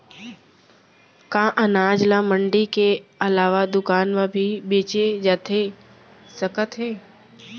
का अनाज ल मंडी के अलावा दुकान म भी बेचे जाथे सकत हे?